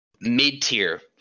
mid-tier